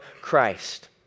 Christ